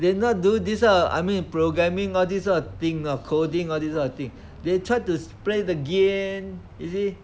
they not do this kind of I mean programming all these sort of thing ah coding all these kind of thing they try to play the games you see